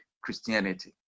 christianity